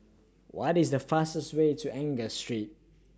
What IS The fastest Way to Angus Street